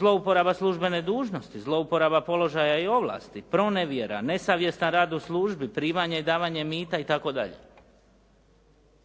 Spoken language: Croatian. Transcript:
zlouporaba službene dužnosti, zlouporaba položaja i ovlasti, pronevjera, nesavjestan rad u službi, primanje i davanje mita itd.